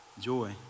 joy